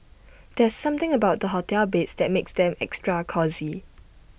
there's something about the hotel beds that makes them extra cosy